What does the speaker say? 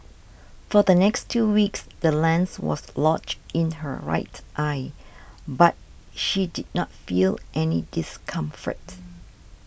for the next two weeks the lens was lodged in her right eye but she did not feel any discomfort